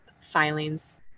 filings